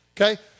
Okay